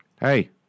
hey